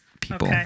people